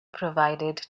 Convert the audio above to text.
provided